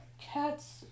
Cats